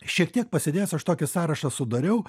šiek tiek pasėdėjęs aš tokį sąrašą sudariau